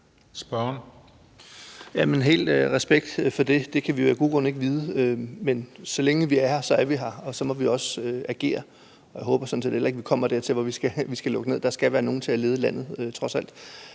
Fuld respekt for det. Det kan vi jo af gode grunde ikke vide, men så længe vi er her, så er vi her, og så må vi også agere. Jeg håber sådan set heller ikke, vi kommer dertil, hvor vi skal lukke ned – der skal trods alt være nogen til at lede landet. Når det